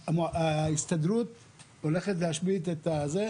ההסתדרות הולכת להשבית את זה.